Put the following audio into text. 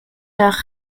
leur